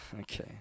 Okay